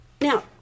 Now